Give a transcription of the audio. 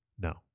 No